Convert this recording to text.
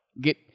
get